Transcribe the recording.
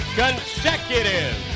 consecutive